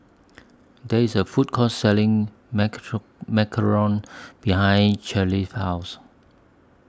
There IS A Food Court Selling Macarons behind Caleigh's House